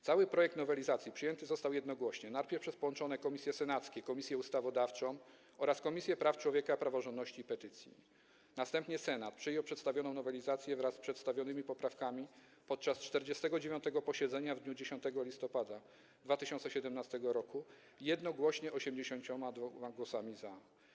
Cały projekt nowelizacji przyjęty został jednogłośnie, najpierw przez połączone komisje senackie: Komisję Ustawodawczą oraz Komisję Praw Człowieka, Praworządności i Petycji, a następnie Senat przyjął przedstawioną nowelizację wraz z przedstawionymi poprawkami podczas 49. posiedzenia w dniu 10 listopada 2017 r. jednogłośnie, 82 głosami za.